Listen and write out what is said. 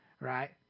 right